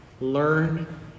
learn